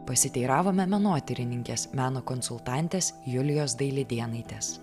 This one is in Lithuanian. pasiteiravome menotyrininkės meno konsultantės julijos dailidėnaitės